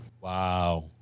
Wow